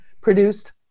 produced